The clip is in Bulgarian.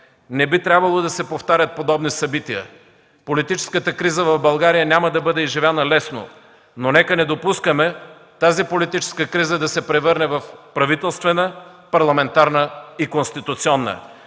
Не би трябвало да се повтарят подобни събития. Политическата криза няма да бъде изживяна лесно, но нека не допускаме тази политическа криза да се превръща в правителствена, парламентарна и конституционна.